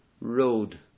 road